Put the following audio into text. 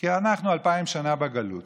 כי אנחנו אלפיים שנה בגלות